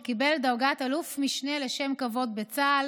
קיבל דרגת אלוף משנה לשם כבוד בצה"ל